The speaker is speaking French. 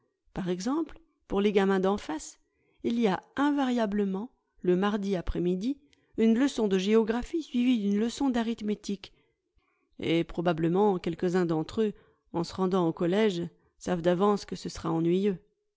par exemple pour les gamins d'en face il y a invariablement le mardi après-midi une leçon de géographie suivie d'une leçon d'arithmétique et probablement quelques-uns d'entre eux en se rendant au collège savent d'avance que ce sera ennuyeux